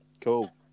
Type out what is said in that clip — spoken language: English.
Cool